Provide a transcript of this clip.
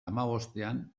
hamabostean